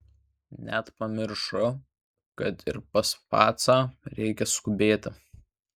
net pamiršo kad ir pas pacą reikia skubėti